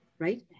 Right